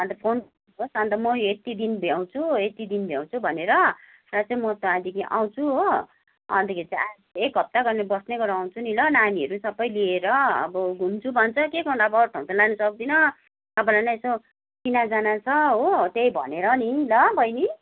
अन्त फोन गर्नुहोस् म यति दिन भ्याउँछु यति दिन भ्याउँछु भनेर र चाहिँ म त्यहाँदेखि आउँछु हो अन्तखेरि चाहिँ आएर एक हप्ता गरेर बस्ने गरी आउँछु नि ल नानीहरू सबै लिएर र अब घुम्छु भन्छ के गर्नु त अब अरू ठाउँ त लान सक्दिनँ तपाईँलाई नि यसो चिनाजाना छ हो त्यही भनेर नि ल बहिनी